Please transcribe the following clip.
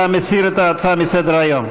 אתה מסיר את ההצעה לסדר-היום.